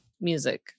music